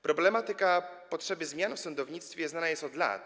Problematyka potrzeby zmian w sądownictwie znana jest od lat.